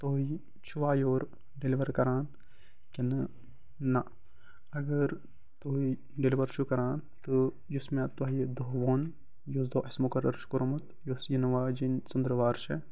تۄہہِ چھُوا your deliver کران کِنہٕ نہٕ اگر تُہۍ ڈیٚلِوَر چھُو کران تہٕ یُس مےٚ تۄہہِ دۄہ وون یُس دۄہ اسہِ مُقرر چھُ کوٚرمُت یۄس یِنہٕ واجٮ۪ن ژنٛدٕر وار چھِ